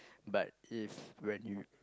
but if when you